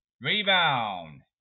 Rebound